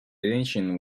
attention